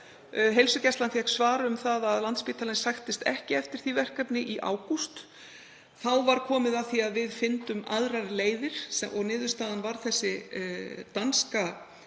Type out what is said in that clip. Heilsugæslan fékk svar um það í ágúst að Landspítalinn sæktist ekki eftir því verkefni. Þá var komið að því að við fyndum aðrar leiðir og niðurstaðan varð þessi danska